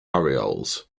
orioles